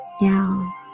Now